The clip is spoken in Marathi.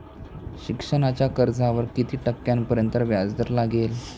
शिक्षणाच्या कर्जावर किती टक्क्यांपर्यंत व्याजदर लागेल?